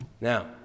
Now